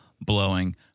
blowing